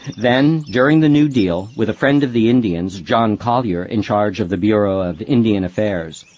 then, during the new deal, with a friend of the indians, john collier, in charge of the bureau of indian affairs,